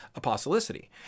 apostolicity